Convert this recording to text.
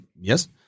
yes